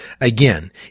Again